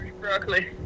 Broccoli